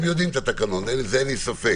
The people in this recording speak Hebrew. הם יודעים את התקנון, בזה אין לי ספק.